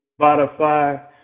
Spotify